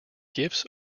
gifts